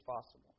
possible